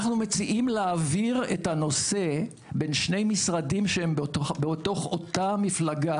אנחנו מציעים להעביר את הנושא בין שני משרדים שהם באותה מפלגה,